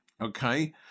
okay